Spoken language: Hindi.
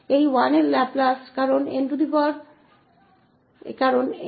इस 1 का लाप्लास क्योंकि n